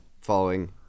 following